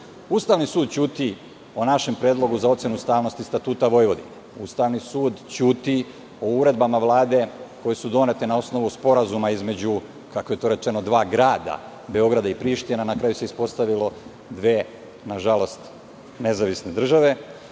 Ustavni sud ćuti o našem predlogu za ocenu ustavnosti Statuta Vojvodine. Ustavni sud ćuti o uredbama Vlade koje su donete na osnovu sporazuma, kako je to rečeno, između dva grada, Beograda i Prištine, a na kraju se ispostavilo dve, nažalost, nezavisne države.